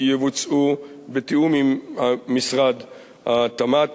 יבוצעו בתיאום עם משרד התמ"ת,